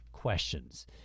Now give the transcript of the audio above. Questions